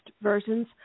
versions